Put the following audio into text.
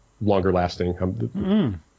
longer-lasting